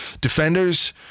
defenders